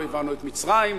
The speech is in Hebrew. לא הבנו את מצרים,